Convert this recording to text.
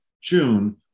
June